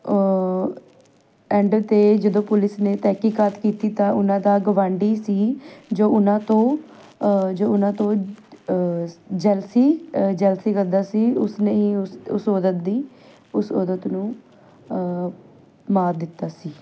and 'ਤੇ ਜਦੋਂ police ਨੇ ਤਹਿਕੀਕਾਤ ਕੀਤੀ ਤਾਂ ਉਹਨਾਂ ਦਾ ਗੁਆਂਢੀ ਸੀ ਜੋ ਉਹਨਾਂ ਤੋਂ ਜੋ ਉਹਨਾਂ ਤੋਂ ਜਲਸੀ ਜੈਲਸੀ ਕਰਦਾ ਸੀ ਉਸਨੇ ਹੀ ਉਸ ਉਸ ਔਰਤ ਦੀ ਉਸ ਔਰਤ ਨੂੰ ਮਾਰ ਦਿੱਤਾ ਸੀ